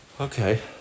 Okay